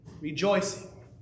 rejoicing